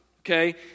Okay